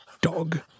dog